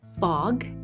Fog